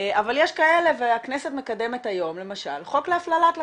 אבל יש כאלה והכנסת מקדמת היום למשל חוק להפללת לקוחות.